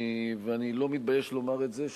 ואני לא מתבייש לומר את זה,